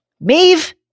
Maeve